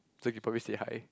so you probably say hi